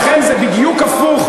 לכן זה בדיוק הפוך.